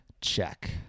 Check